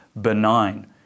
benign